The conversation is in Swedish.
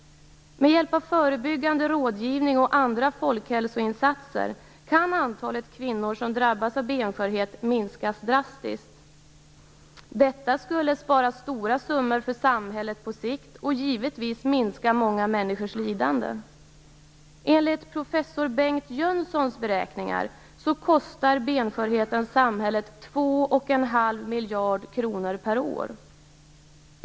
Med hjälp av förebyggande rådgivning och andra folkhälsoinsatser kan antalet kvinnor som drabbas av benskörhet minskas drastiskt. Detta skulle spara stora summor för samhället på sikt och givetvis minska många människors lidande. Enligt professor Bengt Jönssons beräkningar kostar benskörheten samhället ca 2,5 miljarder kronor per år.